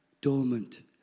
dormant